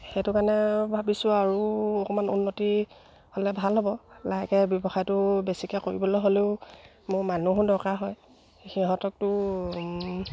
সেইটো কাৰণে ভাবিছোঁ আৰু অকণমান উন্নতি হ'লে ভাল হ'ব লাহেকৈ ব্যৱসায়টো বেছিকৈ কৰিবলৈ হ'লেও মোৰ মানুহো দৰকাৰ হয় সিহঁতকতো